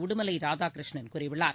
உடுமலை ராதாகிருஷ்ணன் கூறியுள்ளார்